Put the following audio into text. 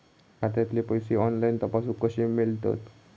खात्यातले पैसे ऑनलाइन तपासुक कशे मेलतत?